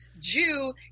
Jew